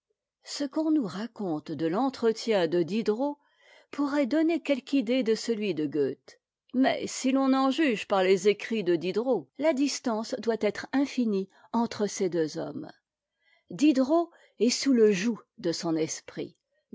ce qu'on nous raconte de l'entretien de diderot pourrait donner quelque idée de celui de goethe mais si l'on en juge par les écrits de diderot la distance doit être infinie entre ces deux hommes diderot est sous le joug de son esprit